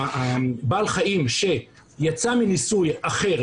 בעל החיים שיצא מניסוי אחר,